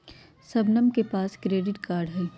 शबनम के पास credit card हई